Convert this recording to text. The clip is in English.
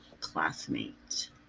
classmate